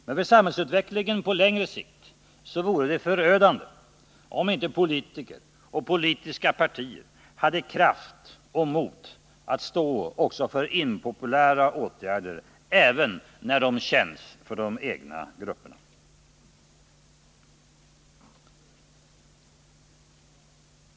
Men för samhällsutvecklingen på längre sikt vore det förödande om inte politiker och politiska partier hade kraft och mod att stå också för impopulära åtgärder även när de känns för de egna grupperna.